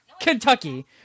Kentucky